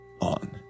on